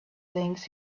things